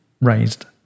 raised